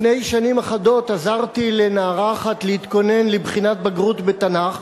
לפני שנים אחדות עזרתי לנערה אחת להתכונן לבחינת הבגרות בתנ"ך